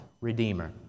Redeemer